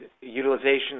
utilization